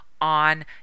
on